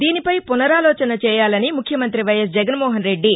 దీనిపై పుసరాలోచస చేయాలని ముఖ్యమంత్రి వైఎస్ జగన్మోహన్రెడ్డి